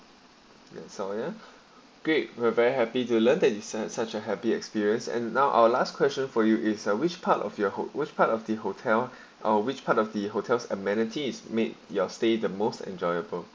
great we were very happy to learn that you share such a happy experience and now our last question for you is uh which part of your ho~ which part of the hotel or which part of the hotel's amenities made your stay the most enjoyable